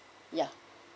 ya